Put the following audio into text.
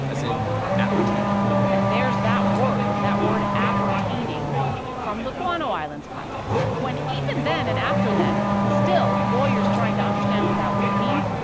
as in appertaining and there's that word, that word appertaining from the guano islands context. when even then and after then still lawyers trying to understand what that word means,